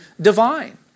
divine